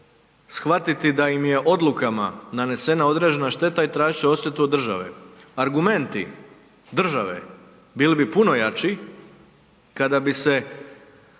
shvatiti da im je odlukama nanesena određena šteta i tražit će odštetu od države. Argumenti države bili bi puno jači kada bi se